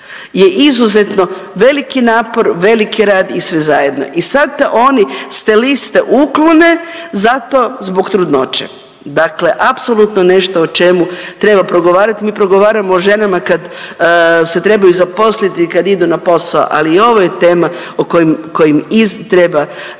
je izuzetno veliki napor, veliki rad i sve zajedno i sad te oni s te liste uklone zato zbog trudnoće. Dakle, apsolutno nešto o čemu treba progovarati, mi progovaramo o ženama kad se trebaju zaposliti i kad idu na posao, ali i ovo je tema o kojem treba progovarati